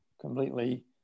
completely